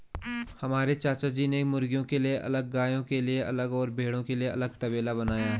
हमारे चाचाजी ने मुर्गियों के लिए अलग गायों के लिए अलग और भेड़ों के लिए अलग तबेला बनाया है